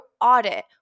audit